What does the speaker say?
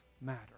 matter